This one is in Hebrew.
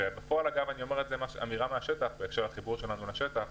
בפועל, אני אומר אמירה מהשטח, תאגידים